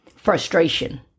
frustration